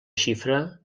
xifra